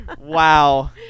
Wow